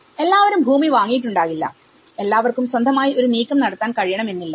എല്ലാവരും ഭൂമി വാങ്ങിയിട്ട് ഉണ്ടാകില്ലഎല്ലാവർക്കും സ്വന്തമായി ഒരു നീക്കം നടത്താൻ കഴിയണം എന്നില്ല